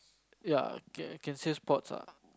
ya can can say sports ah